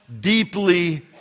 deeply